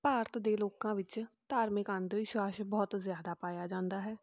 ਭਾਰਤ ਦੇ ਲੋਕਾਂ ਵਿੱਚ ਧਾਰਮਿਕ ਅੰਧ ਵਿਸ਼ਾਵਾਸ ਬਹੁਤ ਜ਼ਿਆਦਾ ਪਾਇਆ ਜਾਂਦਾ ਹੈ